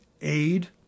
aid